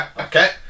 Okay